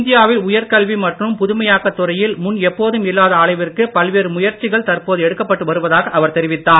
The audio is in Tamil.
இந்தியா வில் உயர் கல்வி மற்றும் புதுமையாக்கத் துறையில் முன் எப்போதும் இல்லாத அளவிற்கு பல்வேறு முயற்சிகள் தற்போது எடுக்கப்பட்டு வருவதாக அவர் தெரிவித்தார்